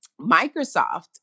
Microsoft